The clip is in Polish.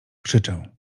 krzyczę